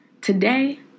today